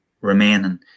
remaining